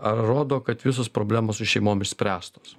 ar rodo kad visos problemos su šeimom išspręstos